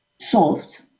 solved